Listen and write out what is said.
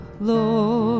Lord